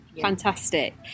fantastic